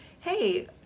hey